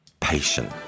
Patient